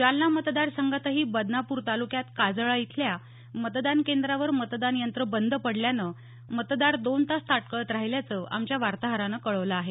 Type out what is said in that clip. जालना मतदार संघातही बदनापूर तालुक्यात काजळा इथल्या मतदान केंद्रावर मतदान यंत्र बंद पडल्यानं मतदार दोन तासा ताटकळत राहिल्याचं आमच्या वार्ताहरानं कळवलं आहे